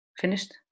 finished